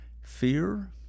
fear